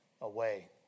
away